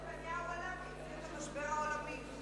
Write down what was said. מזל שנתניהו עלה והסדיר את המשבר העולמי.